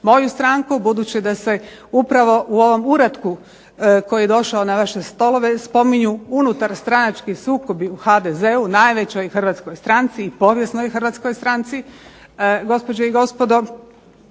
moju stranku, budući da se upravo u ovom uratku koji je došao na vaše stolove spominju unutarstranački sukobi u HDZ-u, najvećoj hrvatskoj stranci, povijesnoj hrvatskoj stranci. Gospođe i gospodo,